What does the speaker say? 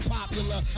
Popular